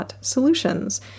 Solutions